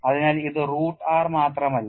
അതിനാൽ ഇത് root r മാത്രമല്ല